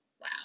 Wow